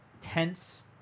tense